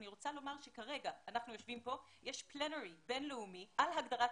אני רוצה לומר שכרגע אנחנו יושבים כאן ויש קלנרי בין-לאומי על הגדרת